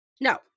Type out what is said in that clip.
No